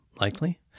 likely